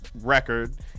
record